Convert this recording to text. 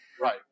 Right